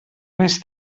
més